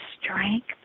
strength